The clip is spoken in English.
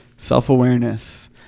self-awareness